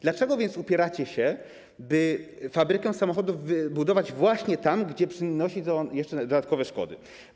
Dlaczego więc upieracie się, by fabrykę samochodów wybudować właśnie tam, gdzie przynosi to dodatkowe szkody?